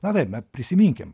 na taip na prisiminkim